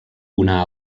una